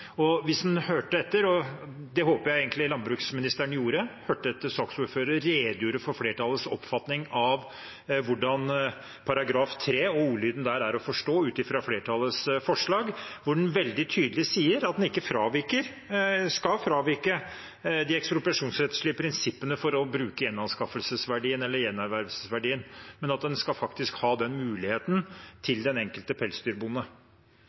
Og hvis statsråden hørte etter – og det håper jeg egentlig landbruksministeren gjorde – da saksordføreren redegjorde for flertallets oppfatning av hvordan § 3 og ordlyden der er å forstå ut fra flertallets forslag, hørte hun at det veldig tydelig sies at en ikke skal fravike de ekspropriasjonsrettslige prinsippene for å bruke gjenanskaffelsesverdien, eller gjenervervelsesverdien, men at den enkelte pelsdyrbonde faktisk skal ha den muligheten.